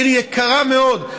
היא עיר יקרה מאוד.